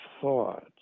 thought